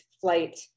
flight